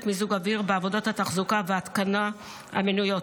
מיזוג אוויר בעבודות התחזוקה וההתקנה המנויות: